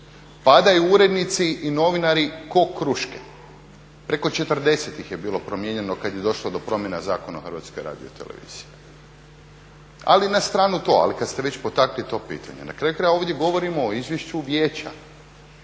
Padaju urednici i novinari ko kruške. Preko 40 ih je bilo promijenjeno kad je došlo do promjena Zakona o Hrvatskoj radioteleviziji. Ali na stranu to. Ali kad ste već potakli to pitanje. Na kraju krajeva ovdje govorimo o izvješću Vijeća.